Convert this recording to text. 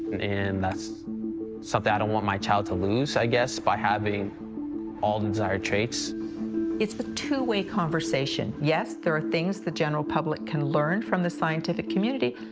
and that's something i don't want my child to lose, i guess, by having all the desired traits it's a two-way conversation. yes, there are things the general public can learn from the scientific community,